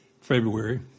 February